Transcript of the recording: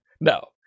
no